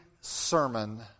sermon